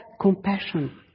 compassion